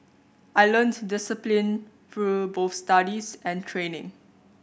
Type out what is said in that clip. I learnt discipline through both studies and training